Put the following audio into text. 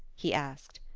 he asked.